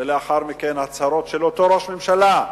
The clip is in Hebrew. ולאחר מכן הצהרות של אותו ראש ממשלה,